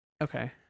okay